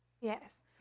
Yes